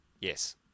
Yes